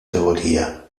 teoria